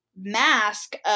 mask